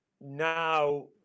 now